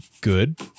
good